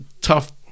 tough